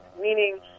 meaning